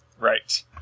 right